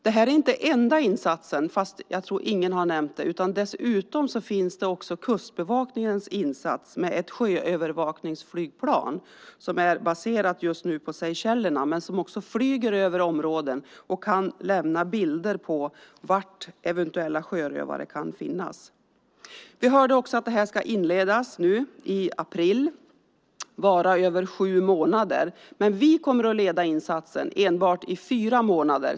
Det här är inte den enda insatsen. Fast ingen har nämnt det finns dessutom Kustbevakningens insats med ett sjöövervakningsflygplan. Det är just nu baserat på Seychellerna men flyger över områden och kan lämna bilder på var eventuella sjörövare kan finnas. Vi hörde också att detta ska inledas nu i april och vara i sju månader. Vi kommer att leda insatsen enbart i fyra månader.